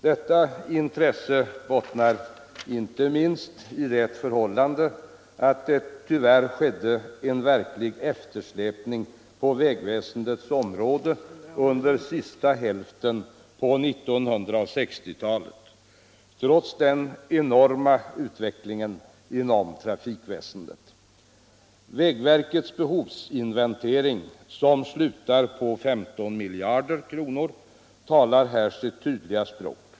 Detta intresse bottnar inte minst i det förhållandet att det tyvärr skedde en verklig eftersläpning på vägväsendets område under sista hälften av 1960-talet, trots den enorma utvecklingen inom trafikväsendet. Vägverkets behovsinventering, som slutar på 15 miljarder kronor, talar här sitt tydliga språk.